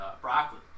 broccoli